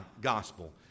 gospel